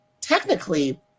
technically